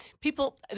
people